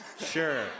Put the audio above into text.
Sure